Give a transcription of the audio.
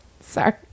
Sorry